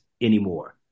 anymore